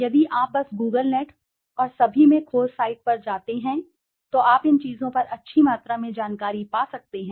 यदि आप बस Google नेट और सभी में खोज साइट पर जा सकते हैं तो आप इन चीजों पर अच्छी मात्रा में जानकारी पा सकते हैं